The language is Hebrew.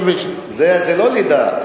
זה לא לידה,